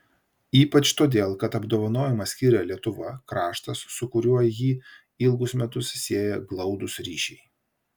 ypač todėl kad apdovanojimą skyrė lietuva kraštas su kuriuo jį ilgus metus sieja glaudūs ryšiai